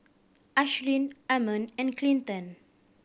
Ashlynn Ammon and Clinton